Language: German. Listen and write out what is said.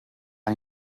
ein